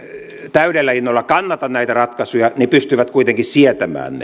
täydellä innolla kannata näitä ratkaisuja pystyvät kuitenkin sietämään